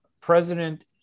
president